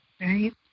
Right